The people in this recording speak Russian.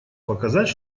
показать